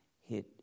hit